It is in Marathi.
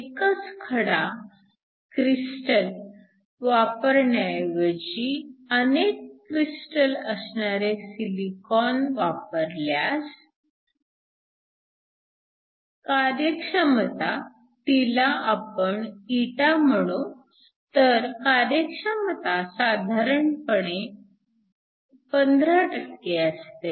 एकच खडा क्रिस्टल crystal वापरण्या ऐवजी अनेक क्रिस्टल असणारे सिलिकॉन वापरल्यास कार्यक्षमता तिला आपण ղ म्हणू तर कार्यक्षमता साधारणपणे 15 असते